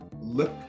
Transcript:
look